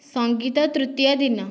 ସଙ୍ଗୀତ ତୃତୀୟ ଦିନ